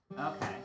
Okay